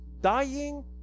dying